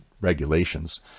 regulations